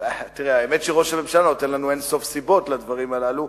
האמת היא שראש הממשלה נותן לנו אין-סוף סיבות לדברים הללו,